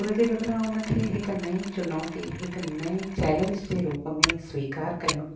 उन जे बदिरां उन खे हिकु नईं चुनौती हिकु नए चैलेंज जे रूप में स्वीकार कयूं